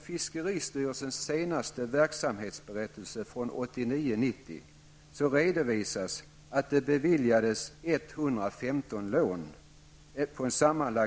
Göteborgsområdet, fördelade på 44 lån.